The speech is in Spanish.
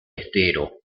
estero